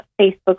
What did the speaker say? Facebook